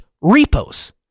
repos